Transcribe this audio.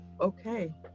okay